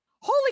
Holy